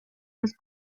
las